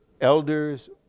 elders